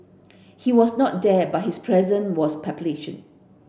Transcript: he was not there but his presence was